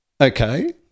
Okay